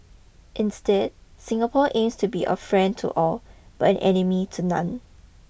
instead Singapore aims to be a friend to all but an enemy to none